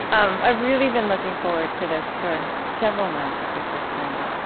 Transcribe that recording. um i've really been looking forward to this for several months, as we first planned it